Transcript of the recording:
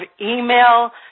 email